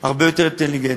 הרבה יותר אינטליגנטי,